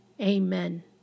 amen